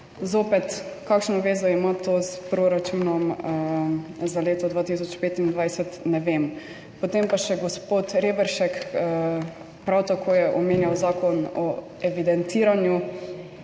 Zopet, kakšno zvezo ima to s proračunom za leto 2025? Ne vem. Potem pa je še gospod Reberšek, ki je prav tako omenjal zakon o evidentiranju.